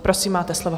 Prosím, máte slovo.